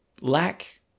lack